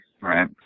right